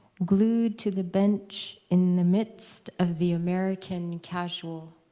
glued to the bench, in the midst of the american casual.